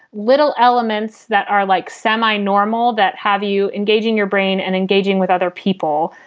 little elements that are like semi-normal, that have you engaging your brain and engaging with other people,